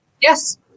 Yes